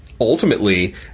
ultimately